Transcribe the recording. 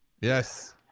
Yes